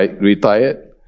retired